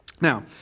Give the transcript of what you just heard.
Now